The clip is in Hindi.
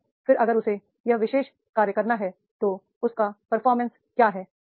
और फिर अगर उसे यह विशेष कार्य करना है तो उसका परफॉर्मेंस क्या है